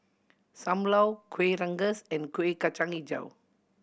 Sam Lau Kuih Rengas and Kueh Kacang Hijau